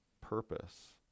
purpose